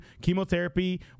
chemotherapy